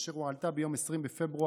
אשר הועלתה ביום 20 בפברואר